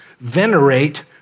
venerate